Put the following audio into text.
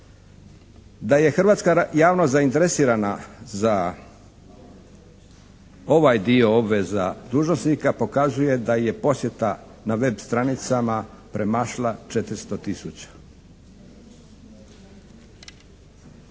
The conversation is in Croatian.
Da je hrvatska javnost zainteresirana za ovaj dio obveza dužnosnika pokazuje da je posjeta na web stranicama premašila 400